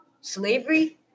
slavery